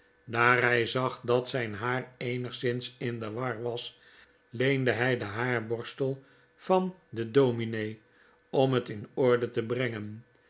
daar hij zag dat zijn haar eenigszins in de war was leende hij den haarborstel van den dominee om het in orde te brengen